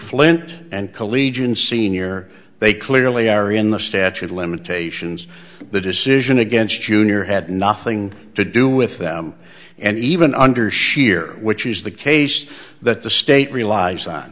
flint and collegian sr they clearly are in the statute of limitations the decision against jr had nothing to do with them and even under sheer which is the case that the state relies on